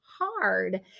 hard